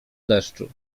deszczu